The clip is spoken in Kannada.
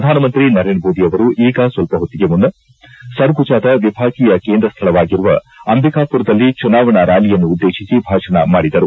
ಪ್ರಧಾನಮಂತ್ರಿ ನರೇಂದ್ರ ಮೋದಿಯವರು ಈಗ ಸ್ವಲ್ಪ ಹೊತ್ತಿಗೆ ಮುನ್ನ ಸರ್ಗುಜಾದ ವಿಭಾಗೀಯ ಕೇಂದ್ರ ಸ್ಥಳವಾಗಿರುವ ಅಂಬಿಕಾಪುರದಲ್ಲಿ ಚುನಾವಣಾ ರ್್ಾಲಿಯನ್ನು ಉದ್ದೇಶಿಸಿ ಭಾಷಣ ಮಾಡಿದರು